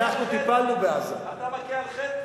אתה מכה על חטא?